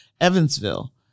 Evansville